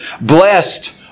Blessed